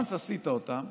ברגע שעשית אותם,